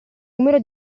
numero